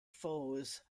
foes